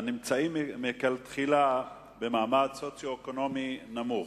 שהם מלכתחילה במעמד סוציו-אקונומי נמוך,